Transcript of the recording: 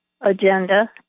agenda